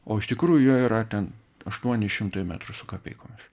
o iš tikrųjų jo yra ten aštuoni šimtai metrų su kapeikomis